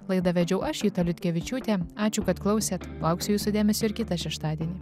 laidą vedžiau aš juta liutkevičiūtė ačiū kad klausėt lauksiu jūsų dėmesio ir kitą šeštadienį